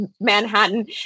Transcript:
Manhattan